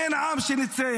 אין עם שניצח.